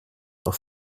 auf